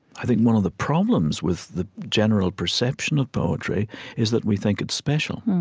i think one of the problems with the general perception of poetry is that we think it's special.